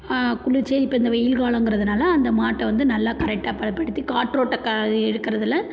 குளிர்ச்சியாக இப்போ இந்த வெயில் காலம்ங்குறதுனால் அந்த மாட்டை வந்து நல்லா கரெக்டாக பதப்படுத்தி காற்றோட்ட க இருக்குறதில்